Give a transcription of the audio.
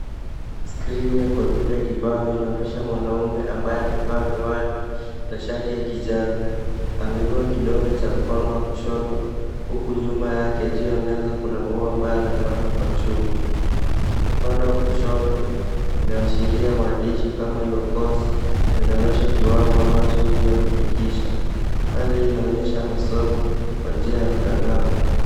Skrini ya komputa kibao inaonyesha mwanaume ambaye amevaa miwani na sharti ya kijani, anainua kidole cha mkono wa kushoto huku nyuma yake juu ya meza kuna maua ambayo yamependwa kwa chungu upande wa kushoto anaashiria maandishi kama "your course" na yanaonyesha kiwango ambayo mtu amefikasha. Hali hii inaonyesha masomo kwa njia ya mtandao.